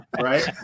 right